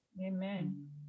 Amen